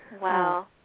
Wow